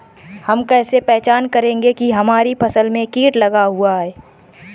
हम कैसे पहचान करेंगे की हमारी फसल में कीट लगा हुआ है?